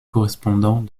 correspondant